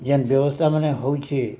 ଯେନ୍ ବ୍ୟବସ୍ଥାମାନେ ହେଉଛି